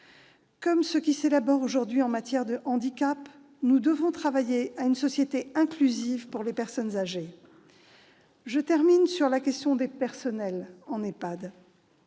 Comme ce qui s'élabore aujourd'hui en matière de handicap, nous devons travailler à une société inclusive pour les personnes âgées. Je termine sur la question des personnels en EHPAD.